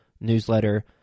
newsletter